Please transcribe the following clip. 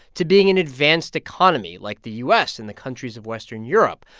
to being an advanced economy, like the u s. and the countries of western europe.